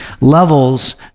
levels